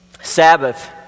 Sabbath